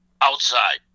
outside